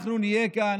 אנחנו נהיה כאן,